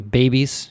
babies